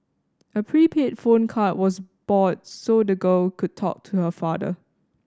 a prepaid phone card was bought so the girl could talk to her father